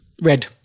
Red